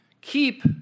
keep